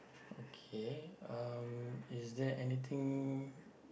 okay um is there anything